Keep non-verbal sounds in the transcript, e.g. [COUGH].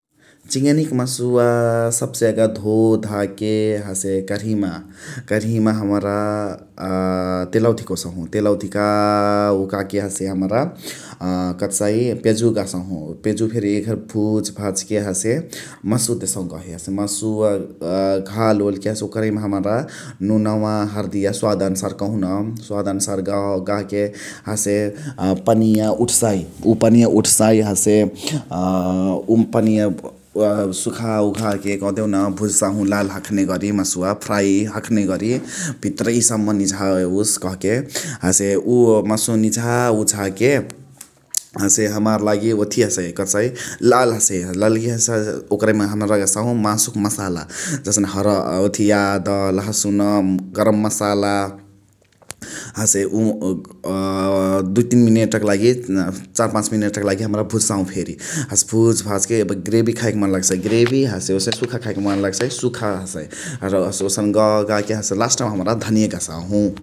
चिङनिक मासुवा सबसे यागा धोधाके हसे करहिमा । करहिमा [HESITATION] हमरा तेलवा धिकोसहु । तेलवा धिका ओकाके हसे हमरा कथ कहसाइ प्यजु गहसाहु । प्यजु फेरी एघरी भुज भाजके हसे मासुवा देसहु गही । हसे मासुवा [UNINTELLIGIBLE] घाल वालाके हसे ओकरहिमा हमरा नुनवा हार्डइया स्वाद अनुसार कहुन । स्वाद अनुसार गहगाहके हसे अ पनिया उठ्साइ उ पनिया उठ्साइ हसे [HESITATION] उ पनिया सुखा उखाके [NOISE] कदेउन भुजा साहु लाल हखाने गरी मसुवा फ्राइ हखने गरी । भितरही सम्म निझौस कहके हसे उअ मासुवा निझा उझाके [NOISE] हसे हमार लागी ओथिया हसै कथी कहसाइ [UNINTELLIGIBLE] ओकरहिमा हमरा गहसाहु मासुक मसाला । जसने [UNINTELLIGIBLE] याद, लहसुन, गरम मसाला, [UNINTELLIGIBLE] हसे दुइ तीन मिनेटक लागी चार पाच मिनेटक लागी हमरा भुजसाहु फेरी । हसे भुज भाजके फेरी ग्रेबी खाएके मन लगसाइ ग्रेबी [NOISE] ओसही सुखा खाएके मन लगसाइ सुखा हसै । र लास्ट मा हमरा धनीया गहसाहु ।